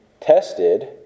tested